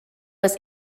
was